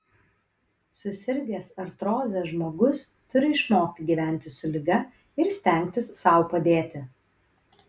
susirgęs artroze žmogus turi išmokti gyventi su liga ir stengtis sau padėti